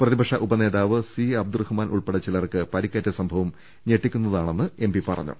പ്രതിപക്ഷ ഉപനേതാവ് സി അബ്ദുറഹ്മാൻ ഉൾപ്പെടെ ചിലർക്ക് പരുക്കേറ്റ സംഭവം ഞെട്ടിക്കുന്നതാണെന്ന് അദ്ദേഹം പറഞ്ഞു